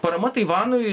parama taivanui